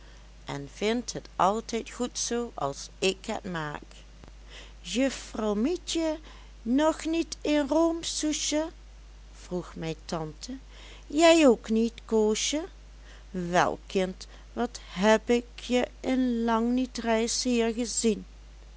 en vindt het altijd goed zoo als ik het maak juffrouw mietje nog niet een roomsoesje vroeg mijn tante jij ook niet koosje wel kind wat heb ik je in lang niet reis hier gezien